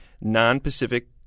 non-Pacific